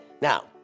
now